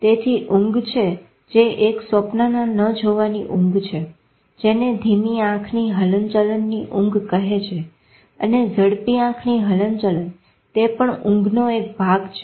તેથી ઊંઘ છે જે એક સ્વપ્ના ન જોવાની ઊંઘ છે જેને ધીમી આંખની હલનચલનની ઊંઘ કહે છે અને ઝડપી આંખની હલનચલન તે પણ ઊંઘનો એક ભાગ છે